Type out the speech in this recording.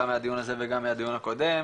גם מהיון הזה וגם מהדיון הקודם,